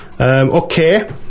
okay